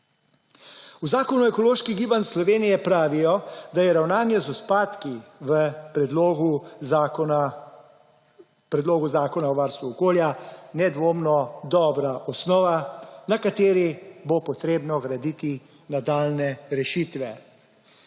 V Zvezi ekoloških gibanj Slovenije pravijo, da je ravnanje z odpadki v Predlogu zakona o varstvu okolja nedvomno dobra osnova, na kateri bo potrebno graditi nadaljnje rešitve.